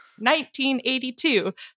1982